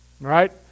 Right